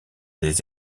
des